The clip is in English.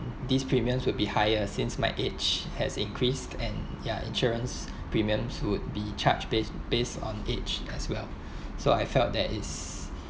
these premiums will be higher since my age has increased and ya insurance premiums would be charged based based on age as well so I felt that it's